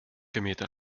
gemähte